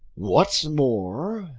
what's more,